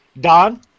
Don